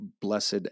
blessed